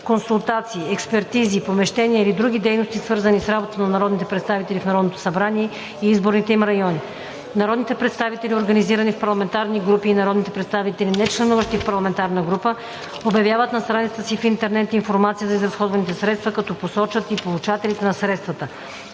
консултации, експертизи, помещения и други дейности, свързани с работата на народните представители в Народното събрание и изборните им райони. Народните представители, организирани в парламентарни групи, и народните представители, нечленуващи в парламентарна група, обявяват на страницата си в интернет информация за изразходваните средства, като посочват и получателите на средствата